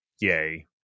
Yay